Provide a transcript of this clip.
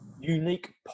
unique